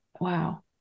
Wow